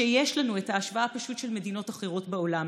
שיש לנו את ההשוואה למדינות אחרות בעולם